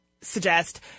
suggest